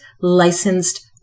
licensed